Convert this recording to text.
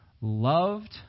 loved